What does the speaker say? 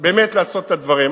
באמת לעשות את הדברים.